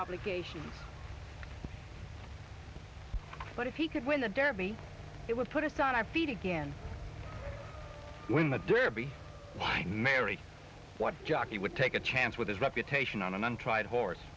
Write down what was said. obligations but if he could win the derby it would put us on our feet again when the derby mary what jockey would take a chance with his reputation on an untried horse